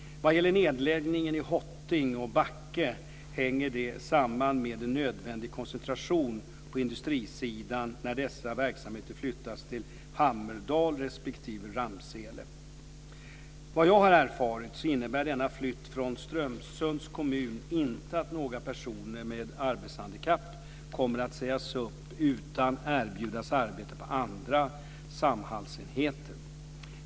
Vad gäller nedläggningarna i Hoting och Backe hänger de samman med en nödvändig koncentration på industrisidan när dessa verksamheter flyttas till Vad jag har erfarit innebär denna flytt från Strömsunds kommun inte att några personer med arbetshandikapp kommer att sägas upp, utan de kommer att erbjudas arbete på andra Samhallsenheter.